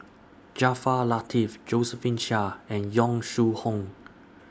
Jaafar Latiff Josephine Chia and Yong Shu Hoong